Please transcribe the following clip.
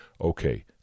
Okay